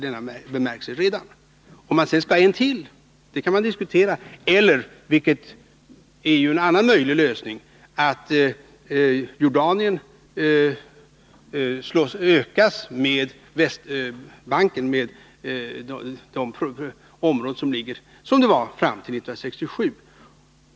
Om man sedan skall ha en till kan man diskutera, liksom om — vilket är en annan möjlig lösning Jordanien skall ökas med Västbanken till de gränser som fanns fram till 1967.